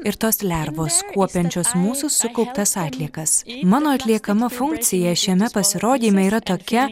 ir tos lervos kuopiančios mūsų sukauptas atliekas mano atliekama funkcija šiame pasirodyme yra tokia